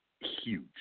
huge